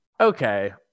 Okay